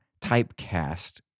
typecast